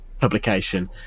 publication